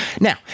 Now